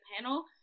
panel